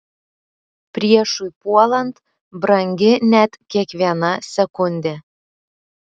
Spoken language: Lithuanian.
priešui puolant brangi net kiekviena sekundė